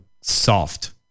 soft